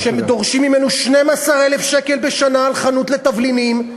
שדורשים ממנו 12,000 שקל בשנה על חנות לתבלינים,